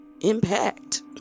impact